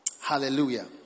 Hallelujah